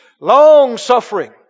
Long-suffering